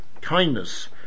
kindness